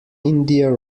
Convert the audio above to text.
india